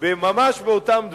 ממש באותם דברים: